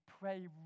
pray